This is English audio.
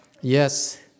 Yes